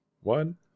one